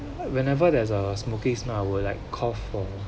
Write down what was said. whenever there's a smoking smell I will like cough ah